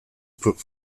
put